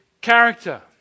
character